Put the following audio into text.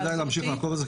כדאי להמשיך לעקוב אחרי זה,